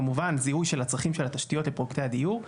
כמובן, זיהוי הצרכים של התשתיות לפרויקטי הדיור.